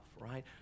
right